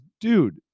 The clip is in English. dude